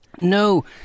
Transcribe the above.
no